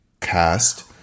cast